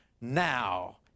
now